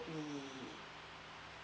be